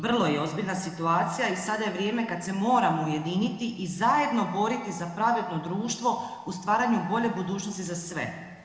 Vrlo je ozbiljna situacija i sada je vrijeme kad se moramo ujediniti i zajedno boriti za pravedno društvo u stvaranju bolje budućnosti za sve.